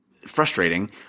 frustrating